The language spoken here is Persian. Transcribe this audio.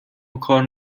وکار